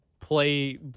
play